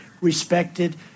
respected